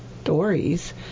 stories